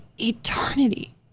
eternity